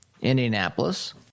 Indianapolis